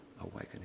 awakening